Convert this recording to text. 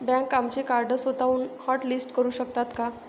बँका आमचे कार्ड स्वतःहून हॉटलिस्ट करू शकतात का?